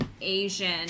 Asian